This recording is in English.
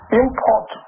import